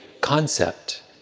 concept